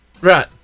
right